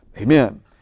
Amen